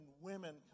women